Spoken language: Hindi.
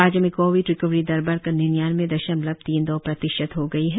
राज्य में कोविड रिकवरी दर बढकर निन्यानबे दशमलव तीन दो प्रतिशत हो गई है